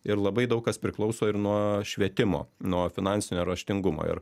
ir labai daug kas priklauso ir nuo švietimo nuo finansinio raštingumo ir